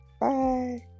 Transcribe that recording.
Bye